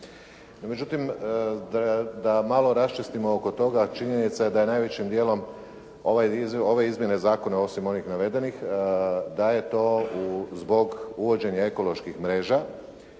međutim, da malo raščistimo oko toga, činjenica je da je najvećim dijelom ove izmjene zakona, osim onih navedenih, da je to zbog uvođenja ekoloških mreža